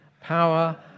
power